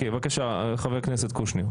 בבקשה, חבר הכנסת קושניר.